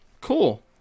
cool